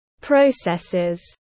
processes